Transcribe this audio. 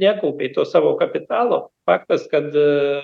nekaupei to savo kapitalo faktas kad